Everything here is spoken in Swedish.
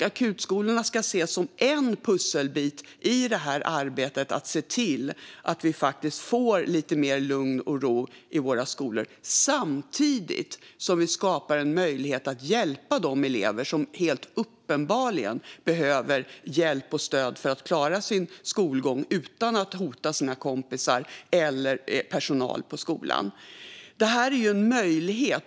Akutskolor ska ses som en pusselbit i arbetet för att se till att vi får lite mer lugn och ro i våra skolor - samtidigt som vi skapar en möjlighet att hjälpa de elever som helt uppenbarligen behöver hjälp och stöd för att klara sin skolgång utan att hota sina kompisar eller personal på skolan. Det här är en möjlighet.